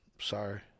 Sorry